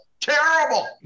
terrible